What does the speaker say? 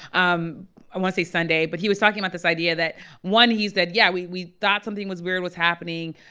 um i want to say sunday. but he was talking about this idea that one, he said, yeah, we we thought something was weird was happening.